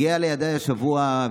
הגיע לידיי השבוע,